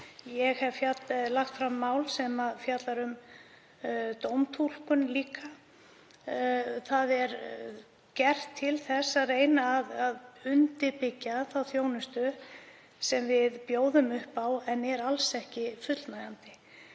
Ég hef líka lagt fram mál sem fjallar um dómtúlkum. Það er gert til þess að reyna að undirbyggja þá þjónustu sem við bjóðum upp á en er alls ekki fullnægjandi.